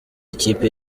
ikipe